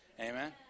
amen